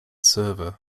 server